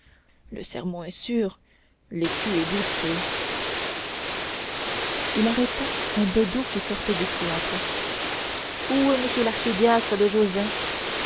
le sermon est sûr l'écu est douteux il arrêta un bedeau qui sortait du cloître où est monsieur l'archidiacre de josas